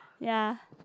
ya